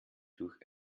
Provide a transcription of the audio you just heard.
durch